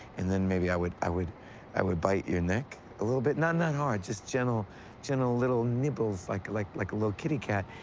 and then, maybe i would i would i would bite your neck a little bit. not not hard. just gentle gentle little nibbles, like like like a little kitty cat,